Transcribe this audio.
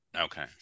Okay